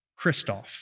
Kristoff